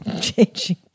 Changing